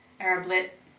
Arab-lit